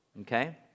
okay